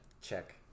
Check